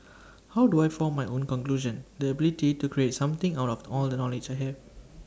how do I form my own conclusion the ability to create something out of all the knowledge I have